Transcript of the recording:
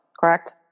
correct